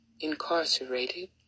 incarcerated